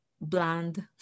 bland